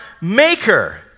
Maker